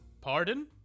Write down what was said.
Pardon